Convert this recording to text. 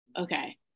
Okay